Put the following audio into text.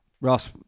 Ross